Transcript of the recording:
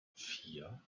vier